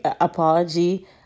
apology